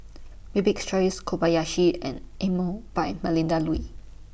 Bibik's Choice Kobayashi and Emel By Melinda Looi